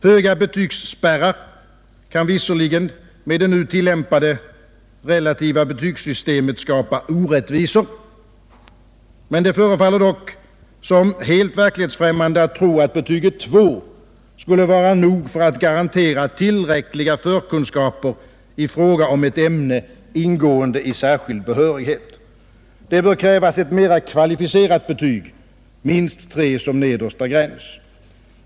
Höga betygsspärrar kan visserligen med det nu tillämpade relativa betygssystemet skapa orättvisor, men det förefaller dock såsom helt verklighetsfrämmande att tro att betyget 2 skulle vara nog att garantera tillräckliga kunskaper i fråga om ett ämne ingående i särskild behörighet. Det bör krävas ett mera kvalificerat betyg, minst betyget 3, som nedre gräns.